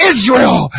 Israel